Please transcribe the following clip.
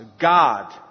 God